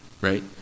Right